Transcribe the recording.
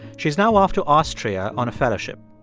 she's now off to austria on a fellowship.